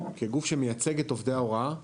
כגוף שמייצג את עובדי ההוראה,